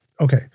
Okay